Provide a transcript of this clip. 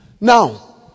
now